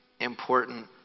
important